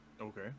Okay